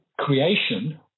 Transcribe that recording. creation